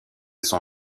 son